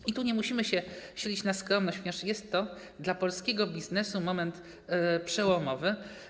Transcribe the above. I tu nie musimy się silić na skromność, ponieważ jest to dla polskiego biznesu moment przełomowy.